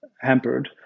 hampered